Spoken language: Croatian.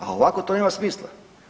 A ovako to nema smisla.